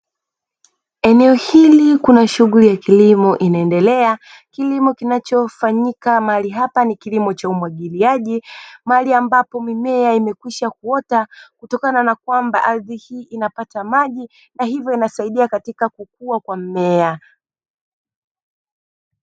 Eneo hili kuna shughuli ya kilimo inaendelea, kilimo kinachofanyika mahali hapa ni kilimo cha umwagiliaji mahali ambapo mimea imekwisha kuota kutokana na kwamba ardhi hii inapata maji na hivyo inasaidia katika kukua kwa mmea.